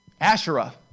Asherah